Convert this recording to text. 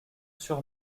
sur